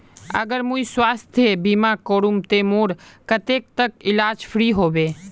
अगर मुई स्वास्थ्य बीमा करूम ते मोर कतेक तक इलाज फ्री होबे?